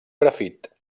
grafit